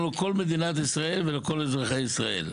אנחנו, לכל מדינת ישראל ולכל אזרחי ישראל.